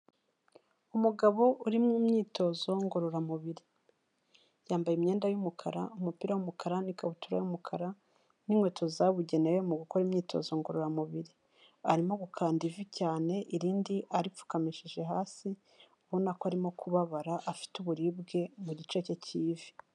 Umugabo uri mu myitozo ngororamubiri, yambaye imyenda y'umukara, umupira w'umukara n'ikabutura y'umukara n'inkweto zabugenewe mu gukora imyitozo ngororamubiri, arimo gukanda ivi cyane, irindi aripfukamishije hasi, ubona ko arimo kubabara afite uburibwe mu gice cye cy'ivi.